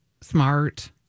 Smart